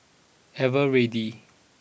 Eveready